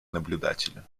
наблюдателя